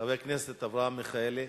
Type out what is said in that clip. חבר הכנסת אברהם מיכאלי.